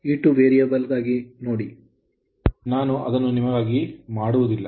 E 2 2ಗಾಗಿ ನೋಡಿ ನಾನು ಅದನ್ನು ನಿಮಗಾಗಿ ಮಾಡುವುದಿಲ್ಲ